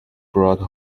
brought